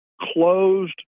closed